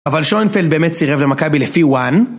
אבל שוינפלד באמת סירב למכבי לפי ONE